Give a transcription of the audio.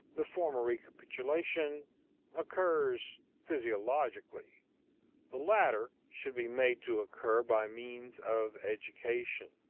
the former recapitulation occurs physiologically the latter should be made to occur by means of education.